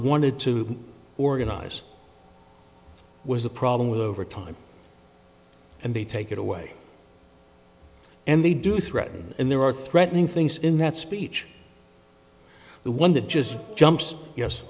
wanted to organize was the problem with overtime and they take it away and they do threaten and there are threatening things in that speech the one that just jumps yes